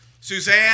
Suzanne